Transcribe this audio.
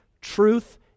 truth